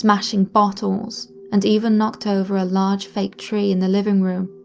smashing bottles, and even knocked over a large fake tree in the living room,